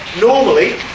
normally